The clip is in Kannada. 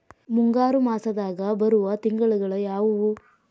ಮುಂಗಾರು ಮಾಸದಾಗ ಬರುವ ತಿಂಗಳುಗಳ ಯಾವವು?